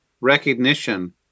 recognition